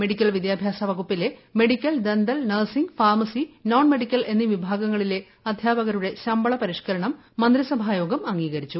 medical വിദ്യാഭ്യാസ വകുപ്പിലെ medical dental nursing pharmacy non medical എന്നീ വിഭാഗങ്ങളിലെഅധ്യാപകരുടെ ശമ്പള പരിഷ്കരണം മന്ത്രിസഭായോഗം അംഗീകരിച്ചു